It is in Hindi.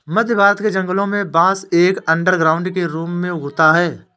मध्य भारत के जंगलों में बांस एक अंडरग्राउंड के रूप में उगता है